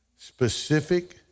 Specific